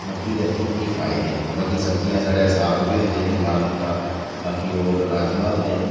मक्की दे असें गी एह् फायदे न बाकी सब्जियां साढ़े साग बी होंदे माड़ा मुट्टा बाकी होर राजमांह् होंदे न